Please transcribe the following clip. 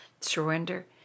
surrender